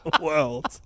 world